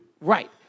right